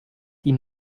die